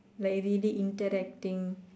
like really interacting